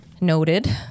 Noted